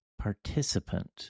participant